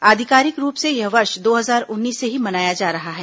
आधिकारिक रूप से यह वर्ष दो हजार उन्नीस से ही मनाया जा रहा है